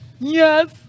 yes